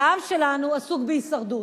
והעם שלנו עסוק בהישרדות.